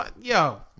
Yo